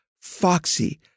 foxy